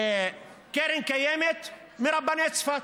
קרן קיימת על רבני צפת?